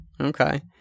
Okay